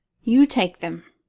you take them,